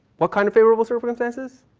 what kind of favorable circumstances?